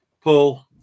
Paul